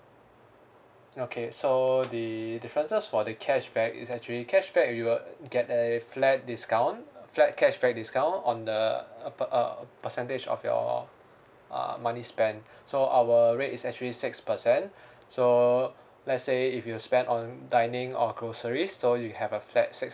okay so the differences for the cashback is actually cashback you will get a flat discount uh flat cashback discount on the uh per~ uh percentage of your uh money spent so our rate is actually six percent so let's say if you spend on dining or groceries so you have a flat six